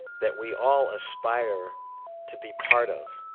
that we all aspire to be part of,